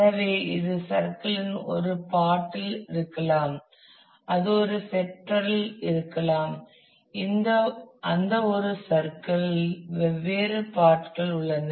எனவே இது சர்க்கிள் இன் ஒரு பார்ட் இல் இருக்கலாம் அது ஒரு செக்ட்ரில் இருக்கலாம் அந்த ஒரு சர்க்கிள் இல் வெவ்வேறு பார்ட் கள் உள்ளன